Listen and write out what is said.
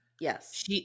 Yes